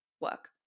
work